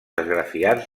esgrafiats